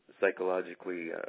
psychologically